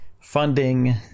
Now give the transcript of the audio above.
funding